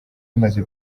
imaze